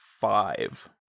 five